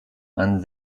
einen